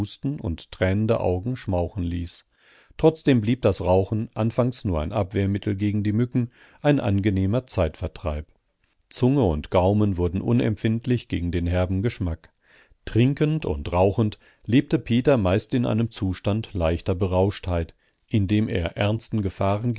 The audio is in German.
und tränende augen schmauchen ließ trotzdem blieb das rauchen anfangs nur ein abwehrmittel gegen die mücken ein angenehmer zeitvertreib zunge und gaumen wurden unempfindlich gegen den herben geschmack trinkend und rauchend lebte peter meist in einem zustand leichter berauschtheit in dem er ernsten gefahren